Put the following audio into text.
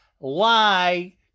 lie